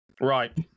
Right